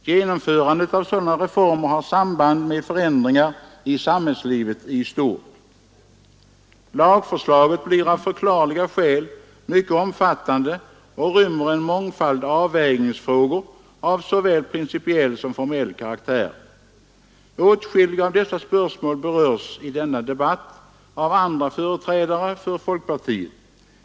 Genomförandet av sådana reformer har samband med förändringar i samhällslivet i stort. Lagförslaget blir av förklarliga skäl mycket omfattande och rymmer en mångfald avvägningsfrågor av såväl principiell som formell karaktär. Åtskilliga av dessa spörsmål berörs i denna debatt av andra företrädare för folkpartiet.